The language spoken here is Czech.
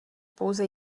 pouze